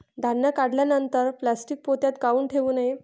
धान्य काढल्यानंतर प्लॅस्टीक पोत्यात काऊन ठेवू नये?